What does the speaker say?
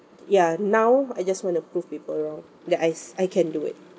ya now I just want to prove people wrong that I I can do it